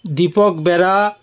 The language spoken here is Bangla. দীপক বেরা